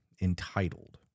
entitled